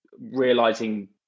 realizing